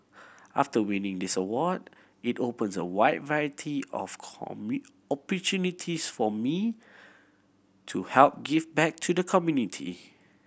after winning this award it opens a wide variety of opportunities for me to help give back to the community